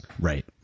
Right